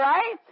Right